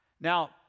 Now